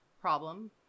problem